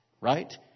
right